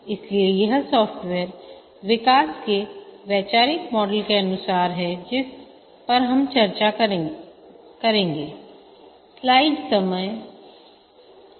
इसलिए यह सॉफ्टवेयर विकास के वैचारिक मॉडल के अनुसार है जिस पर हम चर्चा कर रहे हैं